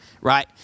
right